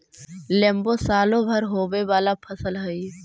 लेम्बो सालो भर होवे वाला फसल हइ